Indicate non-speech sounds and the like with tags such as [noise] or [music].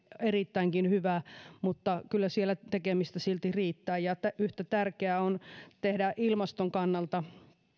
erittäinkin hyvä [unintelligible] [unintelligible] mutta kyllä siellä tekemistä silti riittää ja yhtä tärkeää on [unintelligible] [unintelligible] tehdä ilmaston kannalta